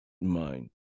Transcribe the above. mind